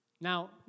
Now